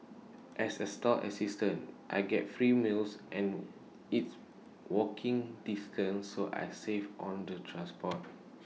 as A stall assistant I get free meals and it's walking distance so I save on the transport